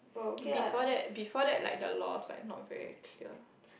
before that before that like the laws like not very clear